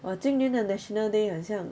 !wah! 今年的 national day 很像